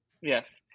Yes